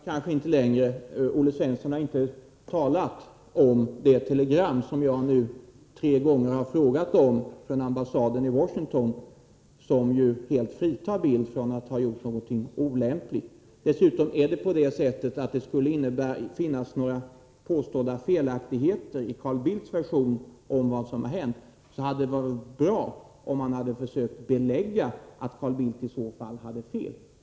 Fru talman! Vi kommer kanske inte längre. Olle Svensson har inte talat om telegrammet från ambassaden i Washington som jag nu tre gånger har frågat om. Det fritar Bildt från att ha gjort något olämpligt. Dessutom skulle det finnas några felaktigheter i Carl Bildts version av vad som har hänt. Om så hade varit fallet skulle det ha varit bra om man hade försökt belägga det.